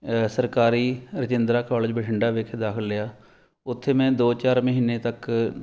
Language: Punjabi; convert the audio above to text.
ਸਰਕਾਰੀ ਰਜਿੰਦਰਾ ਕੋਲਜ ਬਠਿੰਡਾ ਵਿਖੇ ਦਾਖਲ ਲਿਆ ਉੱਥੇ ਮੈਂ ਦੋ ਚਾਰ ਮਹੀਨੇ ਤੱਕ